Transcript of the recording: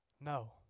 no